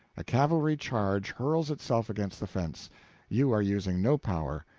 a cavalry charge hurls itself against the fence you are using no power,